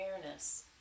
awareness